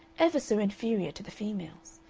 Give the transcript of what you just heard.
ever so inferior to the females.